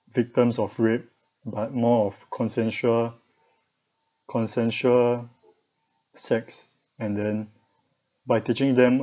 victims of rape but more of consensual consensual sex and then by teaching them